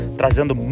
trazendo